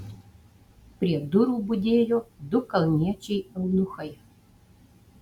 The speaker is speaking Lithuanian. prie durų budėjo du kalniečiai eunuchai